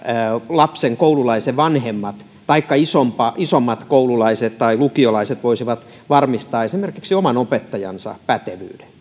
lapsen koululaisen vanhemmat taikka isommat koululaiset tai lukiolaiset voisivat varmistaa esimerkiksi oman opettajansa pätevyyden